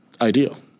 ideal